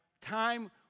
time